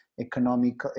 economic